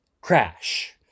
Crash